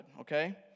okay